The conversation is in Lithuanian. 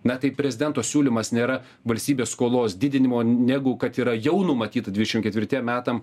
na tai prezidento siūlymas nėra valstybės skolos didinimo negu kad yra jau numatyta dvidešim ketvirtiem metam